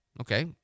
Okay